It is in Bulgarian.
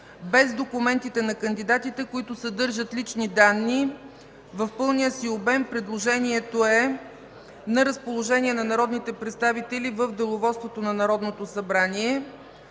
без документите на кандидатите, които съдържат лични данни. В пълния си обем предложението е на разположение на народните представители в Деловодството на Народното събрание.